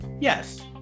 Yes